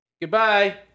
Goodbye